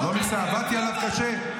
עבדתי עליו קשה.